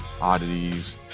oddities